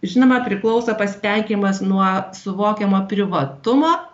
žinoma priklauso pasitenkinimas nuo suvokiamo privatumo